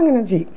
അങ്ങനെ ചെയ്യും